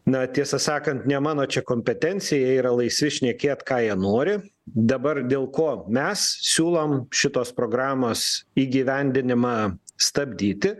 na tiesą sakant ne mano čia kompetencija jie yra laisvi šnekėt ką jie nori dabar dėl ko mes siūlom šitos programos įgyvendinimą stabdyti